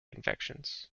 infections